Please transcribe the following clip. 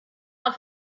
auf